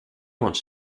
want